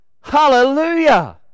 hallelujah